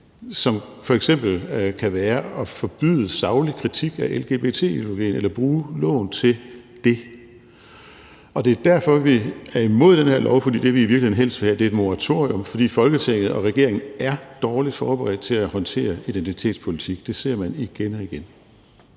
som f.eks. kan være at forbyde saglig kritik af lgbt-ideologien eller bruge loven til det. Det er derfor, vi er imod det her lovforslag, for det, vi i virkeligheden helst vil have, er et moratorium, for Folketinget og regeringen er dårligt forberedt til at håndtere identitetspolitik. Det ser man igen og igen.